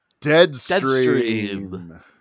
Deadstream